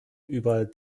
über